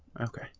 Okay